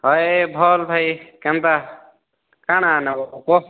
ଭାଇ ଭଲ୍ ଭାଇ କେନ୍ତା କାଣା ନବ କୁହ